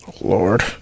Lord